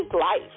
life